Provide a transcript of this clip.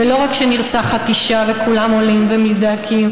ולא רק כשנרצחת אישה וכולם עולים ומזדעקים,